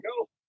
go